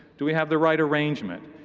do we have the right arrangement?